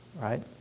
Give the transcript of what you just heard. right